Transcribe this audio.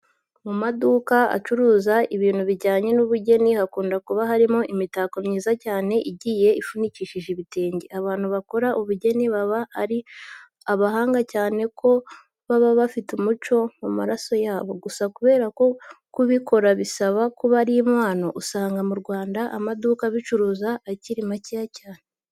Mu maduka acuruza ibintu bijyanye n'ubugeni hakunda kuba harimo imitako myiza cyane igiye ifunikishijwe ibitenge. Abantu bakora ubugeni baba ari abahanga, cyane ko baba bafite umuco mu maraso yabo. Gusa kubera ko kubikora bisaba kuba ari impano, usanga mu Rwanda amaduka abicuruza akiri makeya cyane.